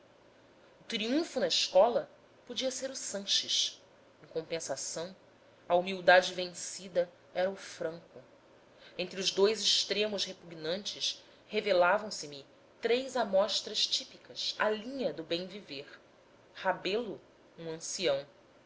triunfo na escola podia ser o sanches em compensação a humildade vencida era o franco entre os dois extremos repugnantes revelavam se me três amostras típicas à linha do bem viver rebelo um ancião